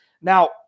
Now